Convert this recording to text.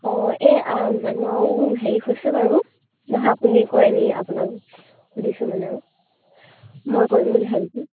অঁ এই মানুহ আৰু হেৰি হৈছে বাৰু নহয় আপুনি কৰেনি আপোনাক সুধিছোঁ মানে আৰু মই কৰিম বুলি ভাবিছোঁ